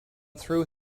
through